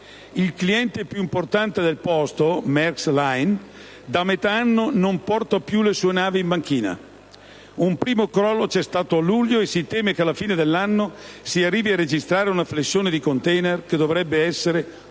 il cliente più importante del porto - Maersk Line - da metà anno non porta più le sue navi in banchina. Un primo crollo c'è stato a luglio, e si teme che alla fine dell'anno si arrivi a registrare una flessione di *container* che dovrebbe essere oltre